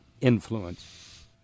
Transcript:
influence